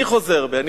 אני חוזר בי.